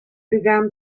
began